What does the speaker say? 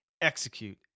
execute